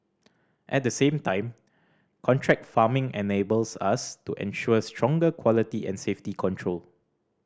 at the same time contract farming enables us to ensure stronger quality and safety control